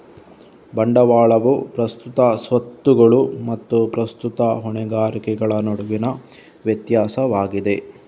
ಬಂಡವಾಳವು ಪ್ರಸ್ತುತ ಸ್ವತ್ತುಗಳು ಮತ್ತು ಪ್ರಸ್ತುತ ಹೊಣೆಗಾರಿಕೆಗಳ ನಡುವಿನ ವ್ಯತ್ಯಾಸವಾಗಿದೆ